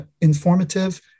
informative